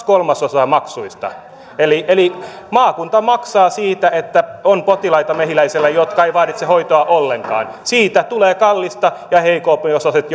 kolmasosaa maksuista eli eli maakunta maksaa siitä että on potilaita mehiläisellä jotka eivät vaadi hoitoa ollenkaan siitä tulee kallista ja heikompiosaiset